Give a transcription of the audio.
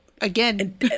again